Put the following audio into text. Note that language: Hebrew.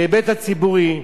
בהיבט הציבורי,